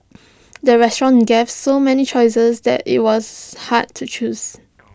the restaurant gave so many choices that IT was hard to choose